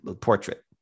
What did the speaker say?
portrait